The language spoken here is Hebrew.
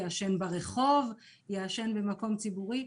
ברחוב או במקום ציבורי,